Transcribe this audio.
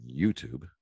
YouTube